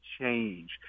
change